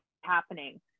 happening